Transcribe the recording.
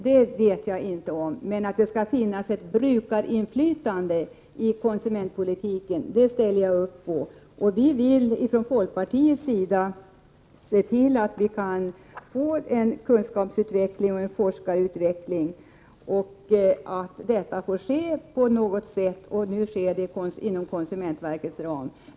Däremot tycker jag att det skall finnas ett brukarinflytande i konsumentpolitiken. Vi i folkpartiet vill medverka till kunskapsutveckling och forskarutveckling på något sätt. Det är ju också vad som är på gång nu inom konsumentverkets ram.